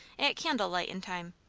at candle-lightin time